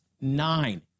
nine